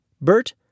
Bert